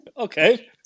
Okay